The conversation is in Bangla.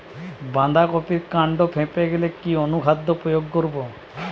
বাঁধা কপির কান্ড ফেঁপে গেলে কি অনুখাদ্য প্রয়োগ করব?